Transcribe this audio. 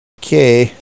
Okay